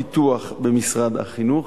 בעיית הקרקע לא מוכרת למינהל הפיתוח במשרד החינוך,